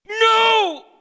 No